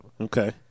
Okay